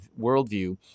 worldview